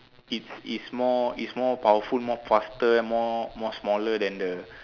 it's is more is more powerful more faster more smaller than the